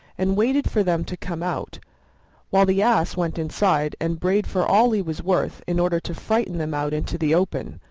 and waited for them to come out while the ass went inside and brayed for all he was worth in order to frighten them out into the open.